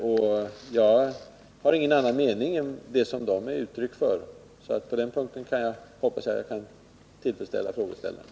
Jag har själv ingen annan mening än den som dessa regler ger uttryck för, så på den punkten hoppas jag att jag kan tillfredsställa frågeställaren.